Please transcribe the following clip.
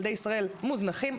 ילדי ישראל מוזנחים,